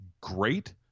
great